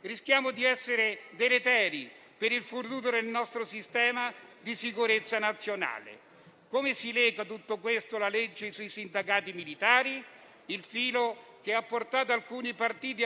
Rischiamo di essere deleteri per il futuro del nostro sistema di sicurezza nazionale. Come si lega tutto questo alla legge sui sindacati militari? È il filo che ha portato alcuni partiti,